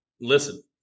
listen